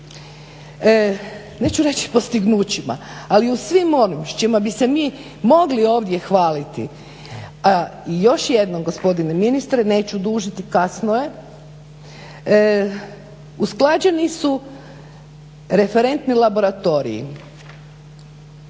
neću reći postignućima, ali u svim ovim s čime bi se mi mogli ovdje hvaliti, još jednom gospodine ministre, neću dužiti, kasno je, usklađeni su referentni laboratoriji.